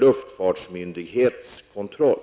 luftfartsmyndighets kontroll.